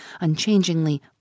unchangingly